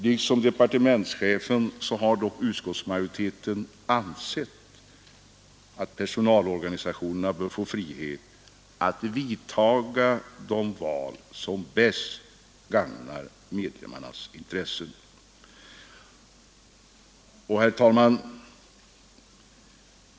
Liksom departementschefen har dock utskottsmajoriteten ansett att personalorganisationerna bör få frihet att vidtaga de val som bäst gagnar medlemmarnas intressen.